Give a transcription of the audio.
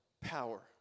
power